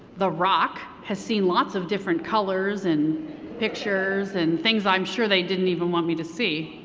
the rock has seen lots of different colors and pictures and things i'm sure they didn't even want me to see.